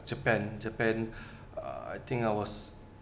japan japan uh I think I was